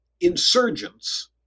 insurgents